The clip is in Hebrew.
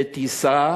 בטיסה